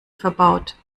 verbaut